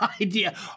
idea